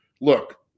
look